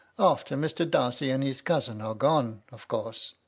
after mr. darcy and his cousin are gone, of course.